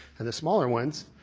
and the smaller ones,